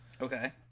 Okay